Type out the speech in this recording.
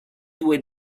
due